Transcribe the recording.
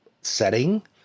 setting